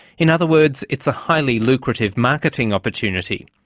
in other words, it's a highly lucrative marketing opportunity.